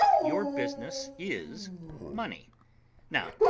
your business is money now,